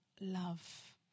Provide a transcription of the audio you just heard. love